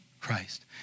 Christ